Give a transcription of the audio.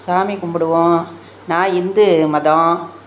சாமி கும்பிடுவோம் நான் இந்து ஏ மதம்